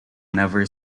never